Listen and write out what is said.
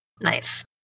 Nice